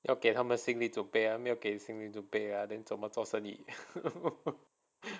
要给他们心理准备啊要给心理准备不然要怎么做生意